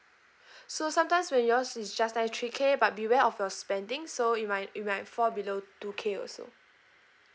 so sometimes when yours is just nice three K but beware of your spending so it might it might fall below two K also